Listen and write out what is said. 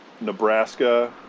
Nebraska